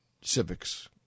civics